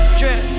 drip